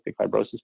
fibrosis